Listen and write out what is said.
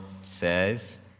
says